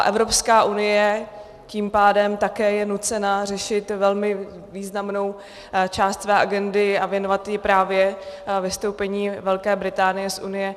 Evropská unie tím pádem také je nucena řešit velmi významnou část své agendy a věnovat ji právě vystoupení Velké Británie z Unie.